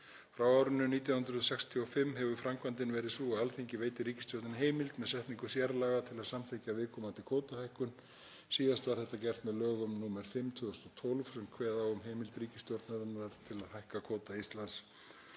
Frá árinu 1965 hefur framkvæmdin verið sú að Alþingi veiti ríkisstjórninni heimild með setningu sérlaga til að samþykkja viðkomandi kvótahækkun. Síðast var þetta gert með lögum nr. 5/2012 sem kveða á um heimild ríkisstjórnarinnar til að hækka kvóta Íslands